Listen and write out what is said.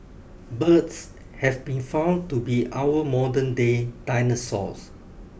birds have been found to be our modernday dinosaurs